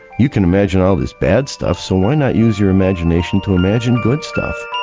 you can imagine all this bad stuff so why not use your imagination to imagine good stuff?